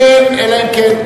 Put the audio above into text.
חברים, נא לסיים.